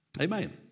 Amen